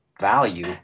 value